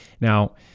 Now